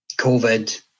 COVID